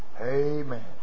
Amen